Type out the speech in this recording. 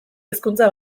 hizkuntza